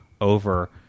over